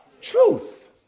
truth